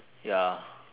ya